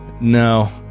No